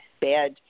bad